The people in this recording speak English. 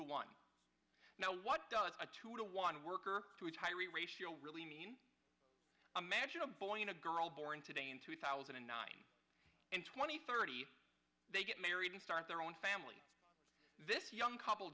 to one now what does a two to one worker to retiree ratio really mean imagine a boy and a girl born today in two thousand and nine and twenty thirty they get married and start their own family this young couple